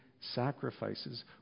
sacrifices